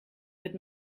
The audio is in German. wird